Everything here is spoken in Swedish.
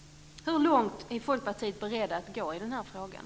Hur långt är Folkpartiet berett att gå i den här frågan?